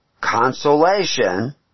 consolation